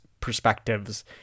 perspectives